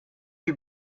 you